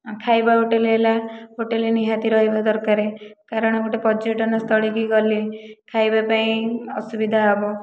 ଖାଇବା ହୋଟେଲ ହେଲା ହୋଟେଲ ନିହାତି ରହିବା ଦରକାର କାରଣ ଗୋଟିଏ ପର୍ଯ୍ୟଟନ ସ୍ଥଳୀ କି ଗଲେ ଖାଇବା ପାଇଁ ଅସୁବିଧା ହେବ